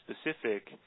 specific